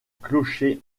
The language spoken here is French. clocher